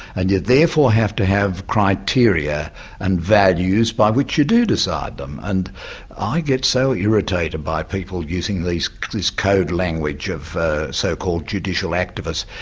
and you therefore have to have criteria and values by which you do decide them. and i get so irritated by people using this code language of so-called judicial activists.